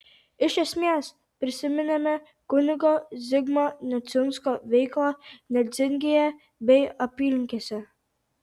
iš esmės prisiminėme kunigo zigmo neciunsko veiklą nedzingėje bei apylinkėse